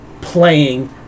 playing